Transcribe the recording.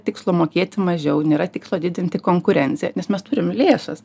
tikslo mokėti mažiau nėra tikslo didinti konkurenciją nes mes turim lėšas